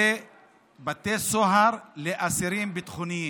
בבתי סוהר לאסירים ביטחוניים.